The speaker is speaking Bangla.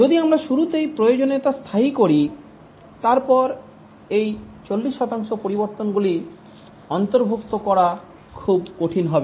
যদি আমরা শুরুতেই প্রয়োজনীয়তা স্থায়ী করি তারপর এই 40 শতাংশ পরিবর্তনগুলি অন্তর্ভুক্ত করা খুব কঠিন হবে